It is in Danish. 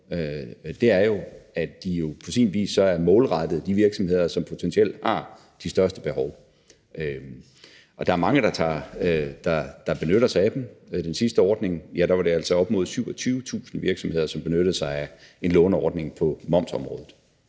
jo er, at de på sin vis er målrettet de virksomheder, som potentielt har de største behov. Der er mange, der benytter sig af dem. I den sidste ordning var der altså op imod 27.000 virksomheder, som benyttede sig af en låneordning på momsområdet.